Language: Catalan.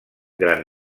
gran